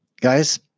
Guys